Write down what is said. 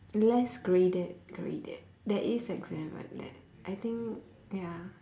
less graded graded there is exam like that I think ya